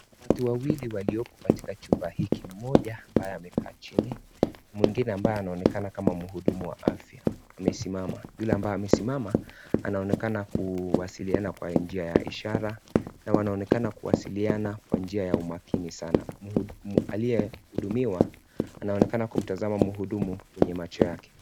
Watu wawili walioko katika chumba hiki, mmoja ambaye amekaa chini, mwingine ambaye anaonekana kama muhudumu wa afya amesimama. Yule ambaye amesimama anaonekana kuwasiliana kwa njia ya ishara na wanaonekana kuwasiliana kwa njia ya umakini sana. Aliyehudumiwa anaonekana kumtazama muhudumu kwenye macho yake.